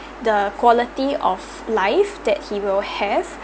the quality of life that he will have